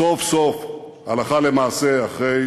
סוף-סוף, הלכה למעשה, אחרי